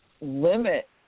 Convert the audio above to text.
limit